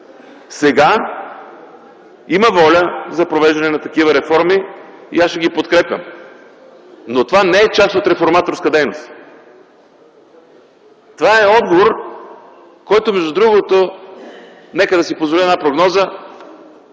Сега има воля за провеждане на такива реформи и аз ще ги подкрепям, но това не е част от реформаторска дейност. Това е отговор, който между другото, нека да си позволя една прогноза,